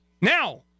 now